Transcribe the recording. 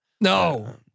No